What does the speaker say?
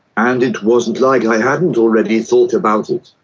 and it wasn't like i hadn't already thought about it.